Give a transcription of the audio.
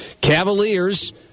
Cavaliers